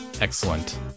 Excellent